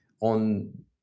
on